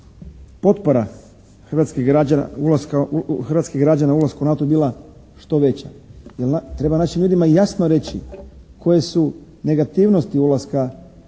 potpora hrvatskih građana o ulasku u NATO bila što veća. Jel' treba našim ljudima jasno reći koje su negativnosti ulaska